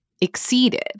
exceeded